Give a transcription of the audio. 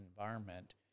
environment